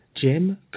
Jim